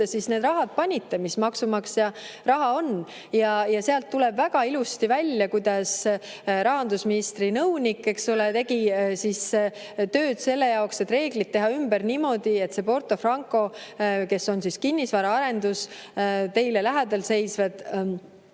siis selle raha panite, mis maksumaksja raha on? Sealt tuleb väga ilusti välja, kuidas rahandusministri nõunik tegi tööd selleks, et reeglid teha ümber niimoodi, et Porto Franco, kes on kinnisvara arendus, ja teile lähedal seisvad